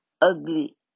ugly